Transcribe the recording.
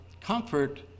comfort